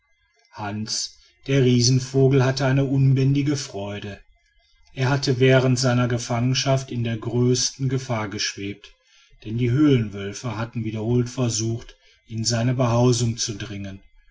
hans der riesenvogel hatte eine unbändige freude er hatte während seiner gefangenschaft in der größten gefahr geschwebt denn die höhlenwölfe hatten wiederholt versucht in seine behausung zu dringen